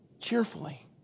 Cheerfully